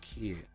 kid